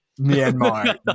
Myanmar